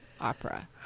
opera